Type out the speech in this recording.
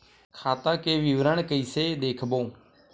खाता के विवरण कइसे देखबो?